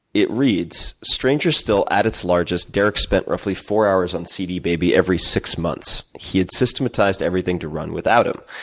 it reads, stranger still, at its largest, derek spent roughly four hours on cdbaby every six months. he had systematized everything to run without him.